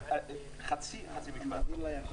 חצי משפט.